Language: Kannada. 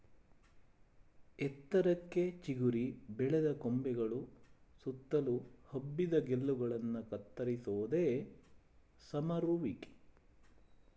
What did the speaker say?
ಎತ್ತರಕ್ಕೆ ಚಿಗುರಿ ಬೆಳೆದ ಕೊಂಬೆಗಳು ಸುತ್ತಲು ಹಬ್ಬಿದ ಗೆಲ್ಲುಗಳನ್ನ ಕತ್ತರಿಸೋದೆ ಸಮರುವಿಕೆ